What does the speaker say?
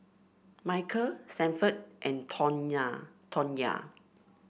Michael Sanford and Tawnya